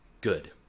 good